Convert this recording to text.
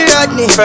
Rodney